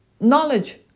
knowledge